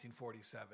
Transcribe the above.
1947